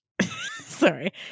sorry